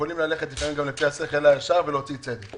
יכולים ללכת לפעמים לפי השכל הישר ולהוציא צדק.